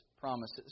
promises